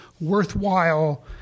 worthwhile